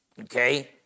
Okay